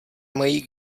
mají